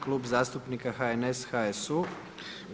Klub zastupnika HNS-HSU.